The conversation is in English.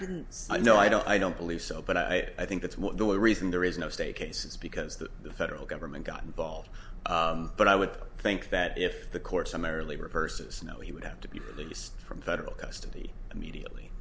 didn't know i don't i don't believe so but i think that's what the reason there is no stay case is because that the federal government got involved but i would think that if the court summarily reverses know he would have to be released from federal custody immediately